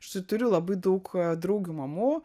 aš tai turiu labai daug draugių mamų